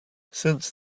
since